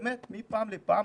באמת מפעם לפעם,